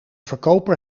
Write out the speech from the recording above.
verkoper